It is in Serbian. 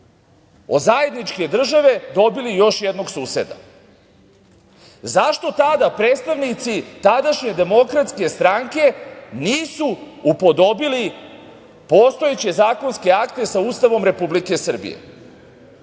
od zajedničke države, dobili još jednog suseda. Zašto tada predstavnici tadašnje DS nisu upodobili postojeće zakonske akte sa Ustavom Republike Srbije? Jedan